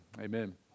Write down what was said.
amen